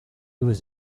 was